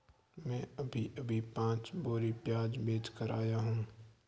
मैं अभी अभी पांच बोरी प्याज बेच कर आया हूं